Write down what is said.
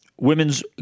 women's